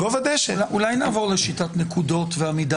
אולי נעבור לשיטת נקודות ועמידה בפינה?